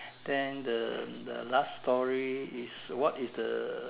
then the the last story is what is the